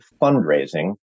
fundraising